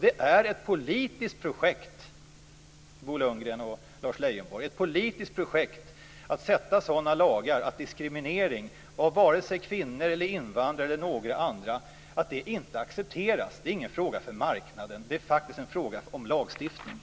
Det är ett politiskt projekt, Bo Lundgren och Lars Leijonborg, att stifta sådana lagar att diskriminering av vare sig kvinnor, invandrare eller några andra inte accepteras. Det är ingen fråga för marknaden. Det är faktiskt en fråga om lagstiftning.